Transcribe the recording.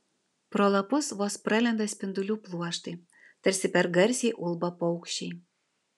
pro lapus vos pralenda spindulių pluoštai tarsi per garsiai ulba paukščiai